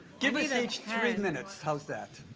give us each three minutes, how's that?